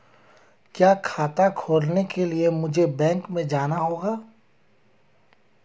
क्या खाता खोलने के लिए मुझे बैंक में जाना होगा?